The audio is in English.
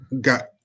got